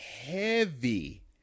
heavy